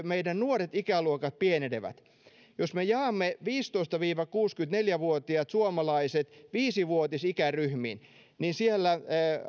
meidän nuoret ikäluokat pienenevät jos me jaamme viisitoista viiva kuusikymmentäneljä vuotiaat suomalaiset viisivuotisikäryhmiin niin siellä